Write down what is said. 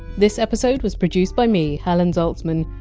this episode was produced by me, helen zaltzman,